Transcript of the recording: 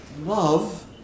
love